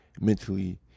mentally